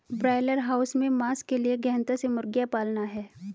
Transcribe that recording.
broiler house में मांस के लिए गहनता से मुर्गियां पालना है